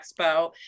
Expo